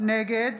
נגד